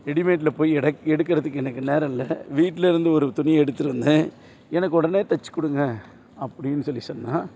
ரெடிமேட்ல போய் எனக்கு எடுக்கிறதுக்கு எனக்கு நேரம் இல்லை வீட்டிலருந்து ஒரு துணி எடுத்துட்டு வந்தேன் எனக்கு உடனே தச்சிக் கொடுங்க அப்படின்னு சொல்லி சொன்னால்